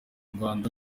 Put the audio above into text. rwanda